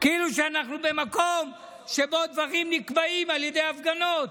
כאילו שאנחנו במקום שבו דברים נקבעים על ידי הפגנות.